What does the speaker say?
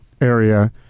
area